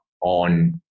on